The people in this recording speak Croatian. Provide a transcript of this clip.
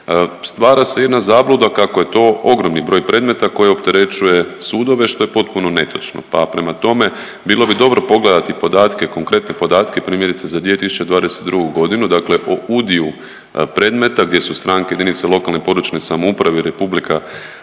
Stvara se jedna zabluda kako je to ogromni broj predmeta koji opterećuje sudove što je potpuno netočno, pa prema tome bilo bi dobro pogledati podatke, konkretne podatke primjerice za 2022. godinu, dakle o udio predmeta gdje su stranke jedinice lokalne i područne samouprave i Republika